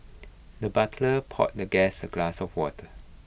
the butler poured the guest A glass of water